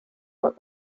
what